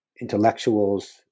intellectuals